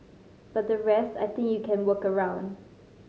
but the rest I think you can work around